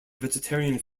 vegetarian